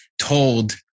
told